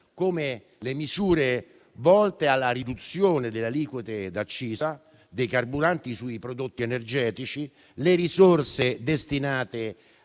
come quelle volte alla riduzione delle aliquote da accisa sui carburanti e sui prodotti energetici, e sulle risorse destinate